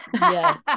Yes